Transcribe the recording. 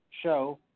show